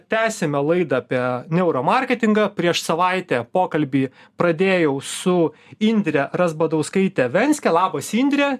tęsiame laidą apie neuro marketingą prieš savaitę pokalbį pradėjau su indre razbadauskaite venske labas indre